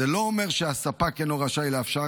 זה לא אומר שהספק אינו רשאי לאפשר